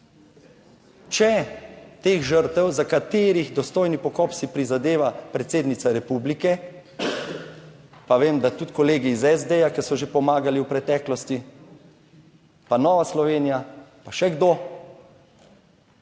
Če teh žrtev, za katerih dostojni pokop si prizadeva predsednica republike, pa vem, da tudi kolegi iz SD, ki so že pomagali v preteklosti, 62. TRAK: (VP)